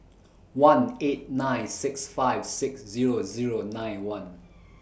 one eight nine six five six Zero Zero nine one